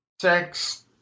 sex